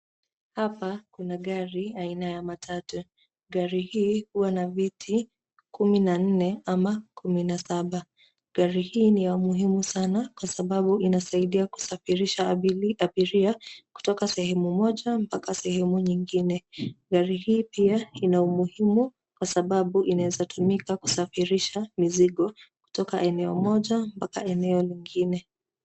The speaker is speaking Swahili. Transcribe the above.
Hapa kuna gari aina ya matatu. Gari hii huwa na viti kumi na nne ama kumi na saba. Gari hii ni ya muhimu sana kwa sababu inasaidia kusafirisha abiria kutoka sehemu moja mpaka sehemu nyingine. Gari hii pia ina umuhimu kwa sababu inaezatumika kusafirisha mizigo kutoka eneo moja mpaka eneo lingine.